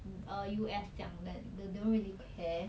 uh U_S 这样 that they don't really care